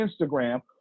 Instagram